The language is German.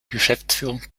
geschäftsführung